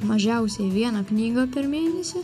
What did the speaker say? mažiausiai vieną knygą per mėnesį